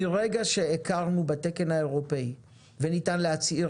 מרגע שהכרנו בתקן האירופאי וניתן להצהיר